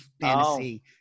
Fantasy